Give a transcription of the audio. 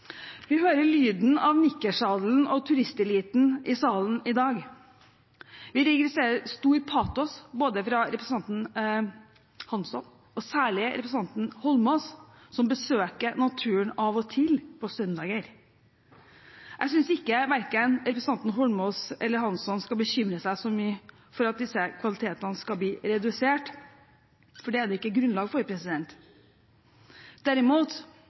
Vi hører lyden av nikkersadelen og turisteliten i salen i dag. Vi registrerer stor patos, både fra representanten Hansson og særlig fra representanten Holmås, som besøker naturen av og til på søndager. Jeg synes verken representanten Holmås eller Hansson skal bekymre seg så mye for at disse kvalitetene skal bli redusert, for det er det ikke grunnlag for. Derimot